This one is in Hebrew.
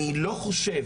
אני לא חושב,